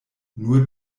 nur